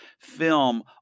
film